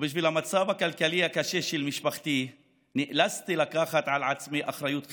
ובשל המצב הכלכלי הקשה של משפחתי נאלצתי לקחת על עצמי אחריות כבוגר,